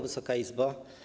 Wysoka Izbo!